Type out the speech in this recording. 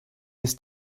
ist